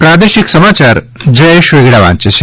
પ્રાદેશિક સમાયાર જયેશ વેગડા વાંચે છે